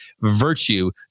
virtue